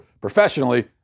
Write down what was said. professionally